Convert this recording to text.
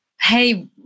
hey